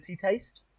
taste